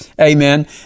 amen